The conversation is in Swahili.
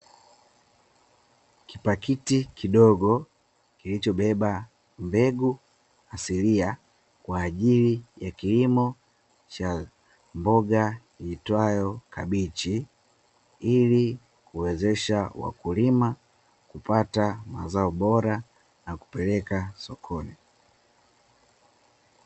Kipakiti kidogo kilichobeba mbegu asilia kwa ajili ya kilimo cha mboga iitwayo kabichi, ili kuwezesha wakulima kupata mazao bora na kupeleka sokoni.